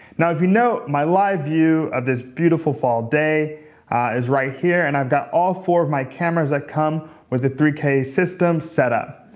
if you note, my live view of this beautiful fall day is right here. and i've got all four of my cameras that come with the three k system set up.